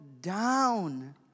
down